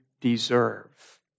deserve